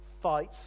fight